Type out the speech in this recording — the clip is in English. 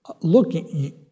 look